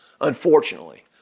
Unfortunately